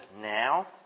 now